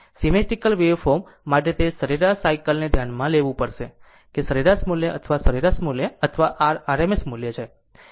symmetrical waveform માટે તે સરેરાશ સાયકલ ને ધ્યાનમાં લેવું પડશે કે સરેરાશ મૂલ્ય અથવા સરેરાશ મૂલ્ય અથવા r RMS મૂલ્ય છે